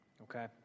Okay